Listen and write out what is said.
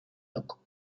loco